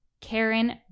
karen